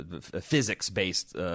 physics-based